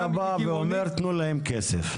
אז אתה בא ואומר תנו להם כסף?